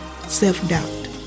self-doubt